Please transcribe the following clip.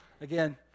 again